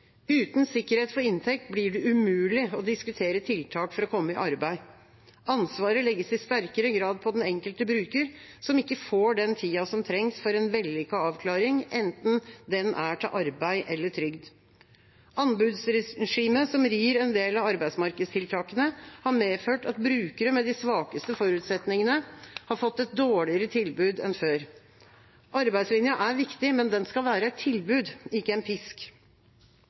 Uten sikkerhet for inntekt blir det umulig å diskutere tiltak for å komme i arbeid. Ansvaret legges i sterkere grad på den enkelte bruker, som ikke får den tida som trengs for en vellykket avklaring, enten den er til arbeid eller trygd. Anbudsregimet som rir en del av arbeidstiltakene, har medført at brukere med de svakeste forutsetningene har fått et dårligere tilbud enn før. Arbeidslinja er viktig, men den skal være et tilbud, ikke en pisk.